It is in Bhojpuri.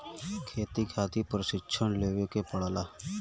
खेती खातिर प्रशिक्षण लेवे के पड़ला